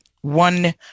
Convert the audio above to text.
one